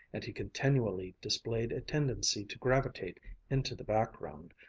and he continually displayed a tendency to gravitate into the background,